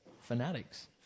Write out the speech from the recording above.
Fanatics